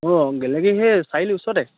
অঁ গেলেকীৰ সেই চাৰিআলিৰ ওচৰতে